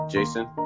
Jason